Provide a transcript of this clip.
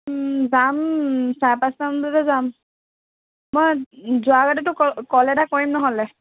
যাম চাৰে পাঁচটামান বজাত যাম মই যোৱাৰ আগতে তোক ক ক'ল এটা কৰিম নহ'লে